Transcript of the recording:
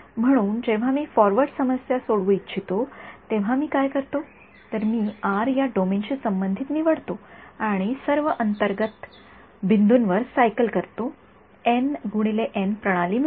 म्हणून जेव्हा मी फॉरवर्ड समस्या सोडवू इच्छितो तेव्हा मी काय करतो तर मी आर या डोमेन शी संबंधित निवडतो आणि सर्व अंतर्गत बिंदूंवर सायकल करतो एन x एन प्रणाली मिळते